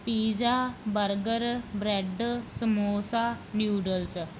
pizza burger bread samosa noodles